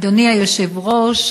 אדוני היושב-ראש,